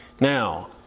Now